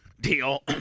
deal